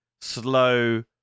slow